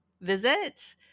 visit